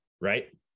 right